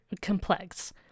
complex